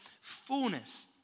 fullness